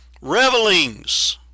Revelings